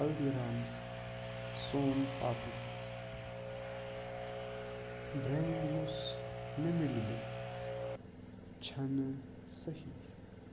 Haldiram's soan papdi brand یُس مےٚ میلیو چھَنہٕ صحیح